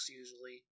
usually